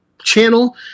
channel